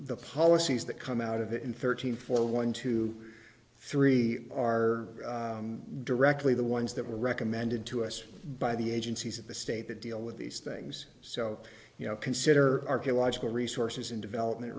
the policies that come out of it in thirteen four one two three are directly the ones that were recommended to us by the agencies of the state that deal with these things so you know consider archaeological resources in development